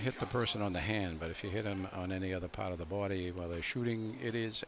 hit the person on the hand but if you hit him on any other part of the body with a shooting it is